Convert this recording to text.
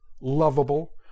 lovable